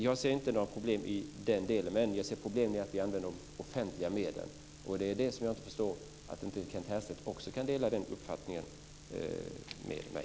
Jag ser inte några problem i den delen. Men jag ser problem med att vi använder offentliga medel, och jag förstår inte att Kent Härstedt inte kan dela den uppfattningen med mig.